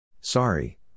Sorry